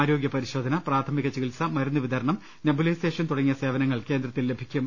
ആരോഗൃ പരിശോധന പ്രാഥമികചികിത്സ മരുന്ന് വിതരണം നെബുലൈസേഷൻ തുടങ്ങിയ സേവനങ്ങൾ കേന്ദ്രത്തിൽ നിന്ന് ലഭിക്കും